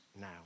now